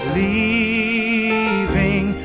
leaving